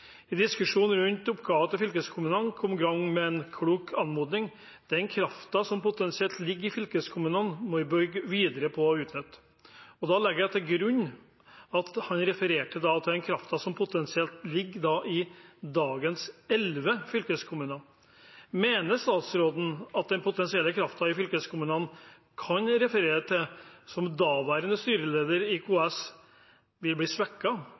I diskusjonen rundt oppgaver til fylkeskommunene kom Gram med en klok anmodning: Den kraften som potensielt ligger i fylkeskommunene, må vi bygge videre på og utnytte. Da legger jeg til grunn at han refererte til den kraften som potensielt ligger i dagens elleve fylkeskommuner. Mener statsråden at den potensielle kraften i fylkeskommunene han refererte til som daværende styreleder i KS, vil bli